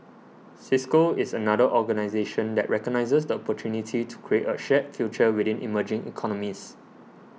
Cisco is another organisation that recognises the opportunity to create a shared future within emerging economies